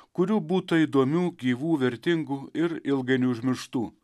kurių būta įdomių gyvų vertingų ir ilgainiui užmirštų